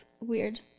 weird